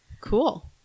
cool